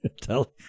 Tell